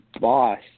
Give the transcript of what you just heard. boss